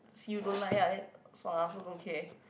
see you don't like ah then so I also don't care